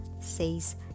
says